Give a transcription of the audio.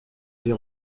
les